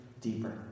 deeper